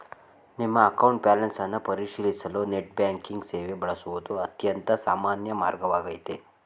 ನಿಮ್ಮ account balance ಅನ್ನ ಪರಿಶೀಲಿಸಲು ನೆಟ್ ಬ್ಯಾಂಕಿಂಗ್ ಸೇವೆ ಬಳಸುವುದು ಅತ್ಯಂತ ಸಾಮಾನ್ಯ ಮಾರ್ಗವಾಗೈತೆ